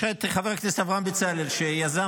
יש לך את חבר הכנסת אברהם בצלאל שיזם,